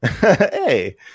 Hey